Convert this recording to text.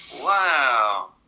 Wow